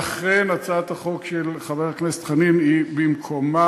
לכן הצעת החוק של חבר הכנסת חנין היא במקומה.